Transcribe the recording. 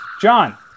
john